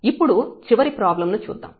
ఇప్పుడు చివరి ప్రాబ్లం ను చూద్దాం